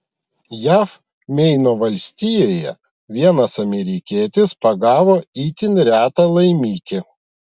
jav meino valstijoje vienas amerikietis pagavo itin retą laimikį